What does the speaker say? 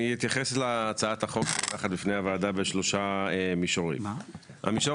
אני אתייחס להצעת החוק ככה לפני הוועדה בשלושה מישורים: המישור